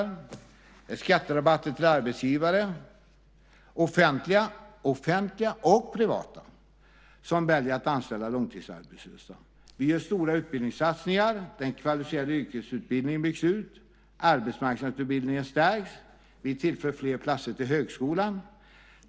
Vi har skatterabatter till arbetsgivare, offentliga och privata, som väljer att anställa långtidsarbetslösa. Vi gör stora utbildningssatsningar. Den kvalificerade yrkesutbildningen byggs ut. Arbetsmarknadsutbildningen stärks. Vi tillför fler platser till högskolan.